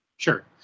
Sure